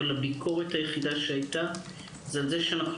אבל הביקורת היחידה הייתה שאנחנו